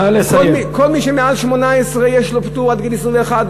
כל מי שמעל 18 יש לו פטור עד גיל 21,